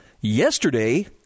Yesterday